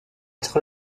être